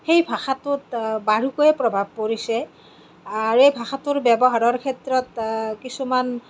সেই ভাষাটোত বাৰুকৈয়ে প্ৰভাৱ পৰিছে আৰু এই ভাষাটোৰ ব্য়ৱহাৰৰ ক্ষেত্ৰত কিছুমান